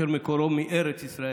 אשר מקורו בארץ ישראל,